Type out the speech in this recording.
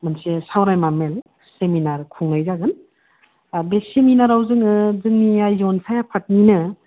मोनसे सावरायमा मेल सेमिनार खुंनाय जागोन दा बे सेमिनाराव जोङो जोंनि आइजो अनसाय आफादनिनो